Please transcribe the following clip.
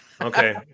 Okay